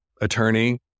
attorney